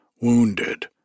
wounded